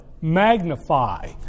magnify